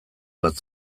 bat